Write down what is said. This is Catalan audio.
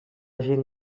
gent